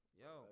yo